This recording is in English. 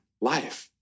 life